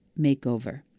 makeover